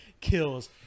kills